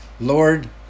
Lord